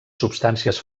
substàncies